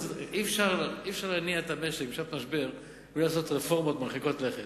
אי-אפשר להניע את המשק בשעת משבר בלי לעשות רפורמות מרחיקות לכת.